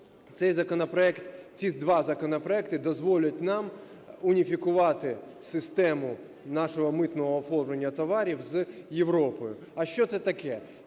ці два законопроекти дозволять нам уніфікувати систему нашого митного оформлення товарів з Європою. А що це таке?